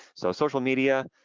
so social media,